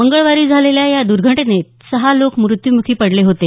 मंगळवारी झालेल्या या दर्घटनेत सहा लोक मृत्यूमुखी पडले होते